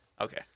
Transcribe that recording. Okay